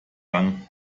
lang